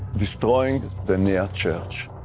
destroying the near church.